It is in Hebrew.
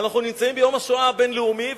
אנחנו נמצאים ביום השואה הבין-לאומי,